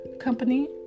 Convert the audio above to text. company